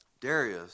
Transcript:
Darius